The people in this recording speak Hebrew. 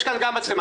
יש פה גם מצלמות,